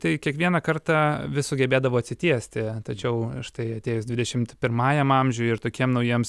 tai kiekvieną kartą vis sugebėdavo atsitiesti tačiau štai atėjus dvidešimt pirmajam amžiui ir tokiem naujiems